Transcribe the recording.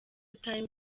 times